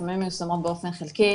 לפעמים מיושמות באופן חלקי,